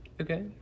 Okay